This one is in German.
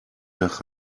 nach